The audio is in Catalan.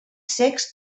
cecs